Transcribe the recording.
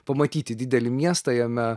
pamatyti didelį miestą jame